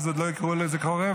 אז עוד לא קראו לזה חורב.